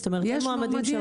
זאת אומרת אין מועמדים של רהט.